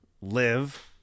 live